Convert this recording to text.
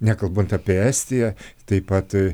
nekalbant apie estiją taip pat